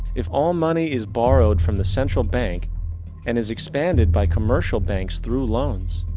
if all money is borrowed from the central bank and is expanded by commercial banks through loans,